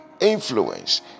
influence